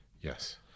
Yes